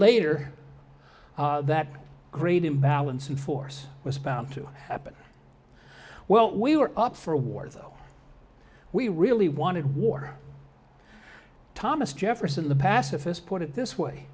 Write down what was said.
later that great imbalance of force was bound to happen well we were up for a war though we really wanted war thomas jefferson the pacifist put it this way